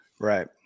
right